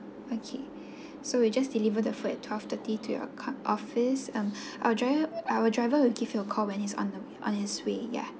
okay so we just deliver the food at twelve thirty to your com office and our driver our driver will give you a call when he's on the on his way ya